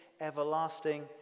everlasting